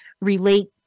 relate